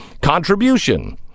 contribution